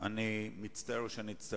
אני מדגיש